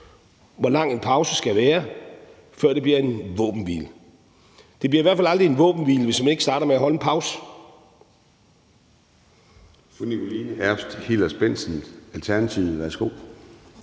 hvor lang en pause skal være, før det bliver en våbenhvile. Det bliver i hvert fald aldrig en våbenhvile, hvis man ikke starter med at holde en pause.